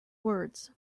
words